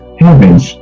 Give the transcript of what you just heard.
heavens